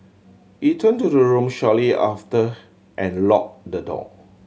he turned to the room shortly after and locked the door